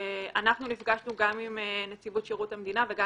אנחנו נפגשנו גם עם נציבות שירות המדינה וגם